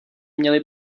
měli